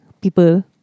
people